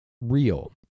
real